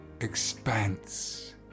expanse